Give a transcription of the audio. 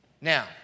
Now